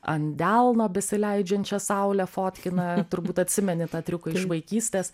ant delno besileidžiančią saulę fotkina turbūt atsimeni tą triuką iš vaikystės